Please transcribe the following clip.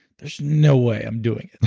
there's no way i'm doing it.